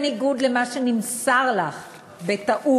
ובניגוד למה שנמסר לך בטעות,